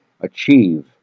achieve